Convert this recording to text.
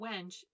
wench